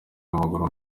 w’amaguru